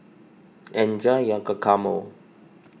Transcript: enjoy your Guacamole